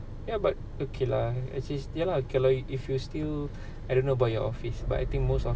ya but okay lah ya lah okay lah if you still I don't know about your office but I think most office